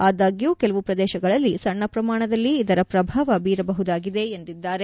ಆದಾಗ್ಯೂ ಕೆಲವು ಪ್ರದೇಶಗಳಲ್ಲಿ ಸಣ್ಣ ಪ್ರಮಾಣದಲ್ಲಿ ಇದರ ಪ್ರಭಾವ ಬೀರಬಹುದಾಗಿದೆ ಎಂದಿದ್ದಾರೆ